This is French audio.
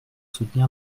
soutenir